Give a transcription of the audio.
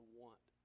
want